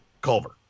Culver